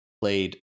played